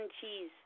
cheese